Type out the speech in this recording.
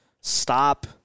Stop